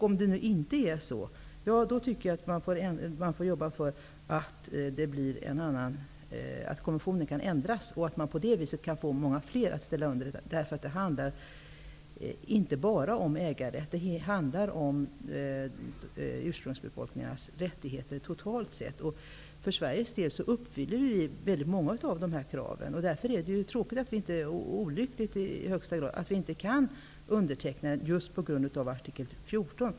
Om det inte är så, tycker jag att man får arbeta för att konventionen skall ändras så att man på det viset kan få många fler länder att skriva under. Det handlar inte bara om mänskliga rättigheter. Det handlar om ursprungsbefolkningarnas rättigheter totalt sett. Sverige uppfyller många av dessa krav. Det är därför tråkigt, och i högsta grad olyckligt, att vi inte kan underteckna konventionen på grund av artikel 14.